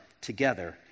together